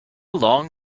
long